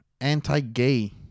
anti-gay